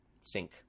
sync